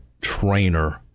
trainer